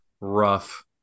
rough